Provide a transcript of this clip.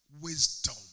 wisdom